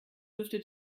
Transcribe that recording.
dürfte